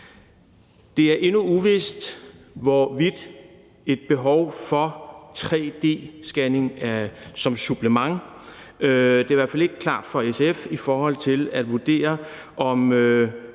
Det er endnu uvist, hvorvidt der er et behov for tre-d-scanning som et supplement – det er i hvert fald ikke klart for SF – i forhold til at vurdere, hvor